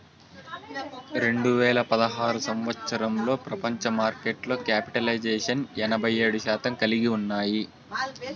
రెండు వేల పదహారు సంవచ్చరంలో ప్రపంచ మార్కెట్లో క్యాపిటలైజేషన్ ఎనభై ఏడు శాతం కలిగి ఉన్నాయి